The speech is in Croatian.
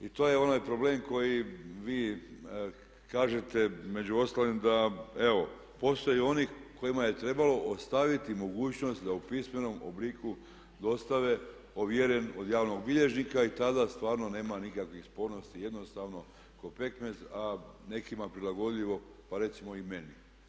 I to je onaj problem koji vi kažete među ostalim da evo postoje oni kojima je trebalo ostaviti mogućnost da u pismenom obliku dostave ovjeren od javnog bilježnika i tada stvarno nema nikakvih spornosti, jednostavno ko pekmez, a nekima prilagodljivo pa recimo i meni.